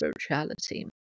spirituality